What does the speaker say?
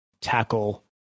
tackle